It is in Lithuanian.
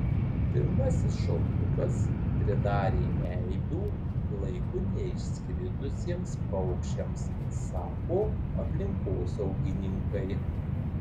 pirmasis šaltukas pridarė eibių laiku neišskridusiems paukščiams sako aplinkosaugininkai